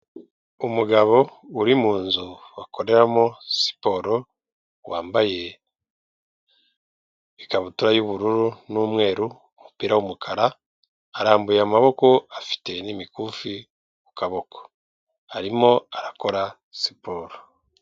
Umugabo uri mu nzu bakoreramo siporo wambaye ikabutura y'ubururu n'umweru umupira w'umukara. Arambuye amaboko afite n'imikufi ku kuboko arimo arakora siporo.